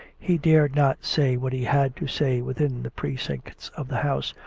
he dared not say what he had to say within the precincts of the house,